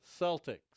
Celtics